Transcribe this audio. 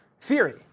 theory